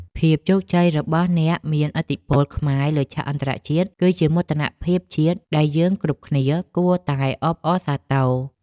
ភាពជោគជ័យរបស់អ្នកមានឥទ្ធិពលខ្មែរលើឆាកអន្តរជាតិគឺជាមោទនភាពជាតិដែលយើងគ្រប់គ្នាគួរតែអបអរសាទរ។